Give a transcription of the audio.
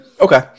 Okay